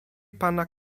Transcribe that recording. pana